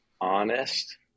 honest